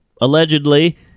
allegedly